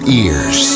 ears